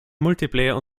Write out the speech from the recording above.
multiplayer